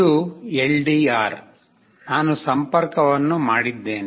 ಇದು LDR ನಾನು ಸಂಪರ್ಕವನ್ನು ಮಾಡಿದ್ದೇನೆ